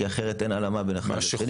כי אחרת אין הלימה בין אחד לשני.